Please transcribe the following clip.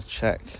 check